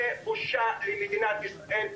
זה בושה למדינת ישראל,